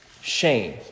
shame